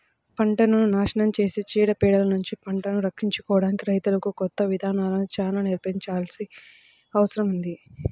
పంటను నాశనం చేసే చీడ పీడలనుంచి పంటను రక్షించుకోడానికి రైతులకు కొత్త ఇదానాలను చానా నేర్పించాల్సిన అవసరం ఉంది